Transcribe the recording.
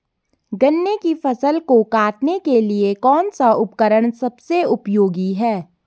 गन्ने की फसल को काटने के लिए कौन सा उपकरण सबसे उपयोगी है?